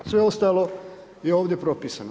Sve ostalo je ovdje propisano.